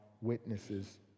witnesses